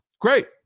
Great